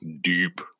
deep